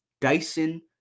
Dyson